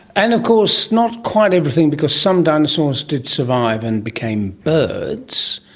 and of course not quite everything because some dinosaurs did survive and became birds,